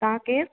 तव्हां केरु